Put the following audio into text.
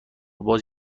باز